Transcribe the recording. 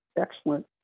excellent